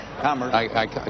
commerce